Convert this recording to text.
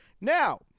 Now